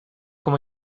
con